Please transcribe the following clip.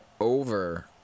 over